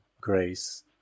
grace